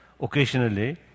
Occasionally